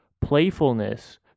Playfulness